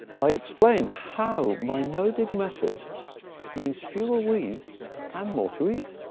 i explained how my no dig method means fewer weeds and more to eat.